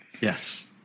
Yes